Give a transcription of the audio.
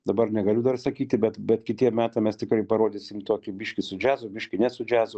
dabar negaliu dar sakyti bet bet kitiem metam mes tikrai parodysim tokį biškį su džiazu biškį ne su džiazu